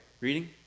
Reading